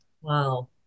Wow